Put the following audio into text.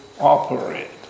operate